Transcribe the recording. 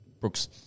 Brooks